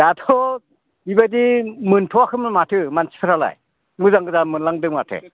दाथ' बेबायदि मोनथ'वाखैमोन माथो मानसिफ्रालाय मोजां मोजां मोनलांदों माथो